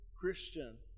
Christian